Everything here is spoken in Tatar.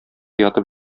ятып